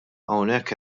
hawnhekk